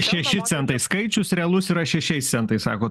šeši centai skaičius realus yra šešiais centais sakot